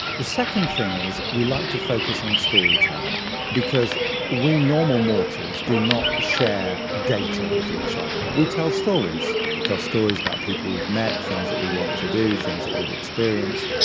the second thing is we like to focus on storytelling because we normal mortals do not share data with each other. we tell stories, we tell stories about people we've met, things that we want to do, things that we've experienced.